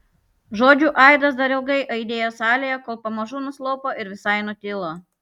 žodžių aidas dar ilgai aidėjo salėje kol pamažu nuslopo ir visai nutilo